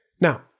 Now